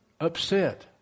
upset